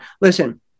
listen